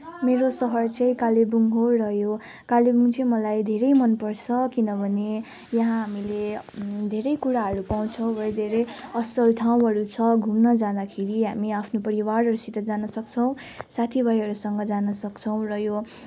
मेरो सहर चाहिँ कालेबुङ हो र यो कालेबुङ चाहिँ मलाई धेरै मनपर्छ किनभने यहाँ हामीले धेरै कुराहरू पाउँछौँ र धेरै असल ठाउँहरू छ घुम्न जाँदाखेरि हामी आफ्नो परिवारहरूसित जानसक्छौँ साथीभाइहरूसँग जानसक्छौँ र यो